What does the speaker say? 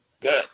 good